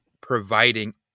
providing